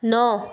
नौ